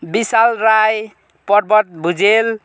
Vishal Rai Parvat Bhujel